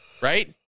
right